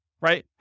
right